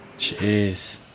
jeez